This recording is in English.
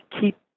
keep